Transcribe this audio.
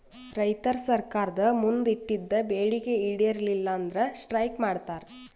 ರೈತರ್ ಸರ್ಕಾರ್ದ್ ಮುಂದ್ ಇಟ್ಟಿದ್ದ್ ಬೇಡಿಕೆ ಈಡೇರಲಿಲ್ಲ ಅಂದ್ರ ಸ್ಟ್ರೈಕ್ ಮಾಡ್ತಾರ್